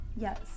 yes